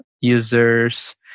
users